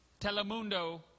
Telemundo